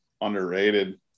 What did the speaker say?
underrated